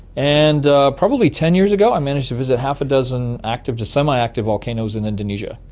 and ah probably ten years ago i managed to visit half a dozen active to semi-active volcanoes in indonesia,